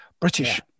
British